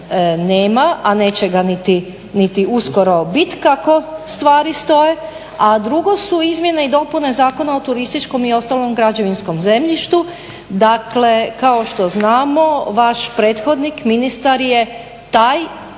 nema a neće ga niti uskoro biti kako stvari stoje, a drugo su izmjene i dopune Zakona o turističkom i ostalom građevinskom zemljištu. Dakle, kao što znamo vaš prethodnik ministar je taj